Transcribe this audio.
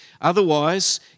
otherwise